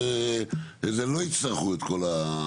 לא יצטרכו את כל זה?